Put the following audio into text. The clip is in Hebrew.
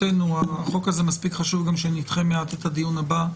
החוק הזה מספיק חשוב כדי שנדחה מעט את הדיון הבא.